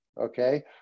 okay